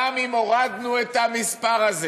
גם אם הורדנו את המספר הזה